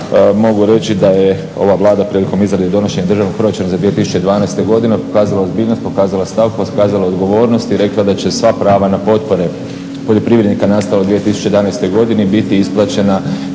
mogu reći da je ova Vlada prilikom izrade i donošenja Državnog proračuna za 2012.godinu pokazala ozbiljnost, pokazala stav, pokazala odgovornost i rekla da će sva prava na potpore poljoprivrednika nastao u 2011.godini biti isplaćena